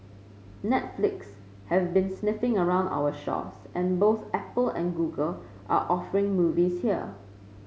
netflix has been sniffing around our shores and both Apple and Google are offering movies here